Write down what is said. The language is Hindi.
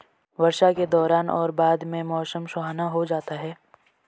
वर्षा के दौरान और बाद में मौसम सुहावना हो जाता है